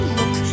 look